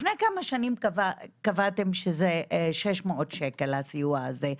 לפני כמה שנים קבעתם שזה 600 שקלים, הסיוע הזה,